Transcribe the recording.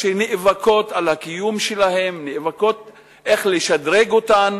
עוד מכללות שנאבקות על הקיום שלהן ונאבקות כדי שישדרגו אותן,